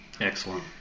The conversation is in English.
Excellent